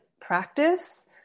practice